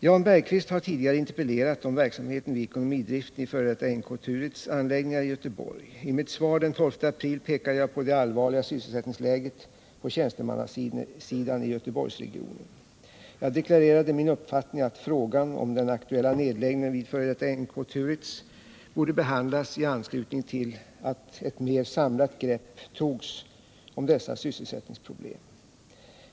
Jan Bergqvist har tidigare interpellerat om verksamheten vid ekonomidriften i f.d. NK Turitz borde behandlas i anslutning till att ett mer samlat grepp togs om dessa sysselsättningsproblem.